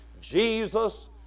Jesus